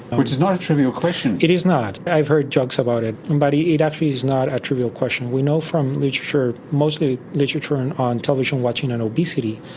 which is not a trivial question. it is not. i've heard jokes about it, and but it actually is not a trivial question. we know from literature, mostly literature and on television watching and obesity,